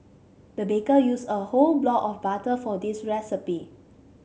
the baker used a whole block of butter for this recipe